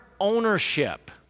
ownership